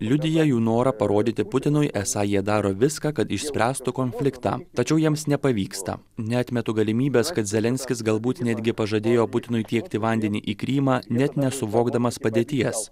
liudija jų norą parodyti putinui esą jie daro viską kad išspręstų konfliktą tačiau jiems nepavyksta neatmetu galimybės kad zelenskis galbūt netgi pažadėjo putinui tiekti vandenį į krymą net nesuvokdamas padėties